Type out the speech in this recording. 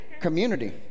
Community